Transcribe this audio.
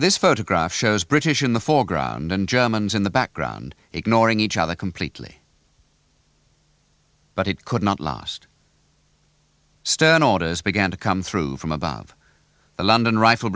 this photograph shows british in the foreground and germans in the background ignoring each other completely but it could not last stern orders began to come through from above the london rifle